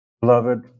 beloved